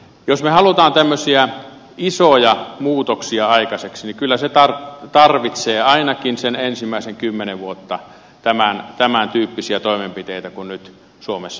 jos me haluamme tämmöisiä isoja muutoksia aikaiseksi niin kyllä se tarvitsee ainakin sen ensimmäisen kymmenen vuotta tämän tyyppisiä toimenpiteitä kuin nyt suomessa on tehty